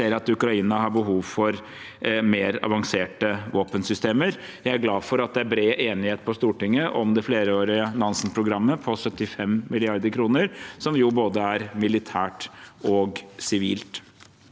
vi ser at Ukraina har behov for mer avanserte våpensystemer. Jeg er glad for at det er bred enighet på Stortinget om det flerårige Nansen-programmet på 75 mrd. kr, som jo er både militært og sivilt.